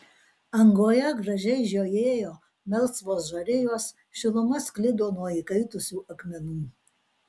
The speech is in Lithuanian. angoje gražiai žiojėjo melsvos žarijos šiluma sklido nuo įkaitusių akmenų